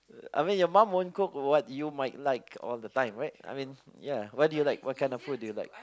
I mean your mum won't cook what you might like all the time right ya I mean ya what do you like what kind of food do you like